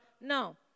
No